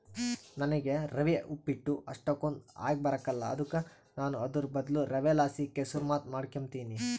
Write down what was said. ನನಿಗೆ ರವೆ ಉಪ್ಪಿಟ್ಟು ಅಷ್ಟಕೊಂದ್ ಆಗಿಬರಕಲ್ಲ ಅದುಕ ನಾನು ಅದುರ್ ಬದ್ಲು ರವೆಲಾಸಿ ಕೆಸುರ್ಮಾತ್ ಮಾಡಿಕೆಂಬ್ತೀನಿ